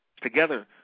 Together